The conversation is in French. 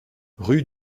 rue